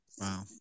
wow